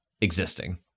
existing